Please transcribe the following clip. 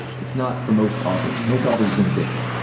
it's not for most authors most authors, it's an addiction.